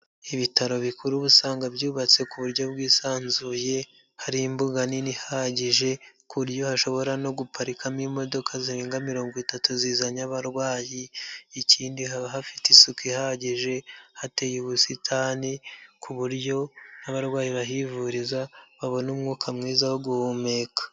Ibitaro bikuru uba usanga byubatse ku buryo bwisanzuye, hari imbuga nini ihagije, ku buryo hashobora no guparikamo imodoka zirenga mirongo itatu zizanye abarwayi, ikindib haba hafite isuku ihagije, hateye ubusitani, ku buryo n'abarwayi bahivuriza, babona umwuka mwiza wo guhumeka.